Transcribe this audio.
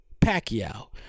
Pacquiao